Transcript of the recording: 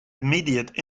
immediate